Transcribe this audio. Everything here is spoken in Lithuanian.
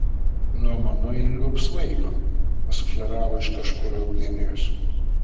nuo mano eilių apsvaigo pasufleravo iš kažkur eugenijus